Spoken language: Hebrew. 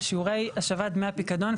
של שיעורי השבת דמי הפיקדון.